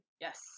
Yes